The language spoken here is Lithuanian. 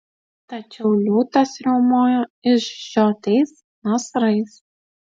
tačiau liūtas riaumojo išžiotais nasrais